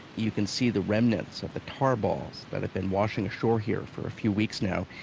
you can see the remnants of the tar balls that have been washing ashore here for few weeks now.